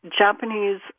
Japanese